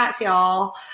y'all